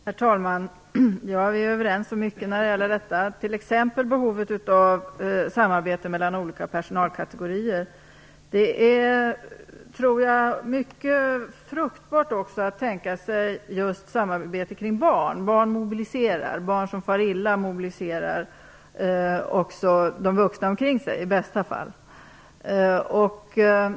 Herr talman! Vi är överens om mycket här, t.ex. om behovet av samarbete mellan olika personalkategorier. Jag tror att det också är mycket fruktbart att tänka sig just ett samarbete rörande barn. Barn som far illa mobiliserar ju, i bästa fall, vuxna som de har omkring sig.